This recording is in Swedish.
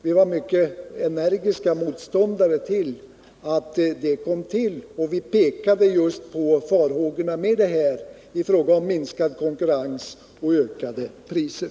Vi var mycket energiska motståndare mot att det kom till, och vi pekade just på faran för minskad konkurrens och ökade priser.